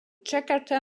jakarta